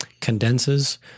Condenses